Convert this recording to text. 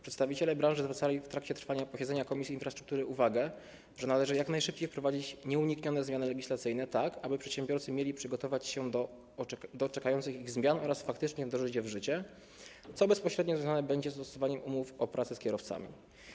Przedstawiciele branży zwracali w trakcie trwania posiedzenia Komisji Infrastruktury uwagę, że należy jak najszybciej wprowadzić nieuniknione zmiany legislacyjne, aby przedsiębiorcy mogli przygotować się do czekających ich zmian oraz faktycznie wdrożyć w życie nowe rozwiązania, co bezpośrednio związane będzie z dostosowaniem umów o pracę z kierowcami.